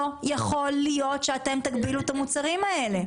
לא יכול להיות שאתם תגבילו את המוצרים האלה.